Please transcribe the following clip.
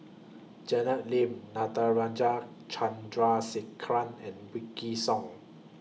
Janet Lim Natarajan Chandrasekaran and Wykidd Song